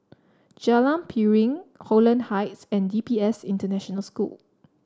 Jalan Piring Holland Heights and D P S International School